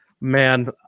man